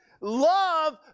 Love